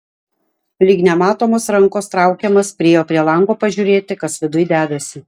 lyg nematomos rankos traukiamas priėjo prie lango pažiūrėti kas viduj dedasi